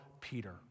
Peter